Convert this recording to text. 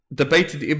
debated